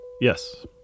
Yes